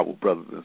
brothers